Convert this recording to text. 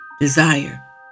desire